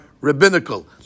rabbinical